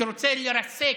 שרוצה לרסק,